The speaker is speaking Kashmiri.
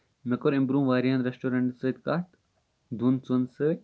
مےٚ کور اَمہِ برونٛہہ واراہن ریسٹورنٹن سۭتۍ کَتھ دۄن ژۄن سۭتۍ